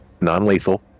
non-lethal